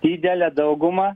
didelę daugumą